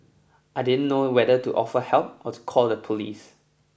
I didn't know whether to offer help or to call the police